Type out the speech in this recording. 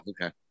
okay